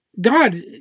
God